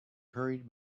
hurried